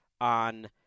on